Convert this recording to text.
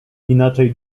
inaczej